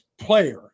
player